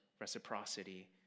reciprocity